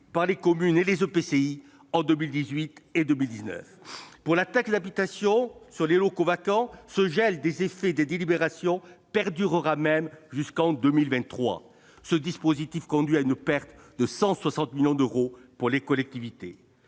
par les communes et les EPCI en 2018 et en 2019. Pour la taxe d'habitation sur les locaux vacants, ce gel des effets des délibérations perdurera même jusqu'en 2023 ! Au total, ce dispositif conduit à une perte de recettes de 160 millions d'euros pour les collectivités